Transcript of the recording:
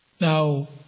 Now